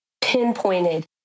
pinpointed